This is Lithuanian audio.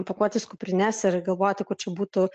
pakuotis kuprines ir galvoti kur čia būtų